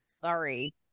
Sorry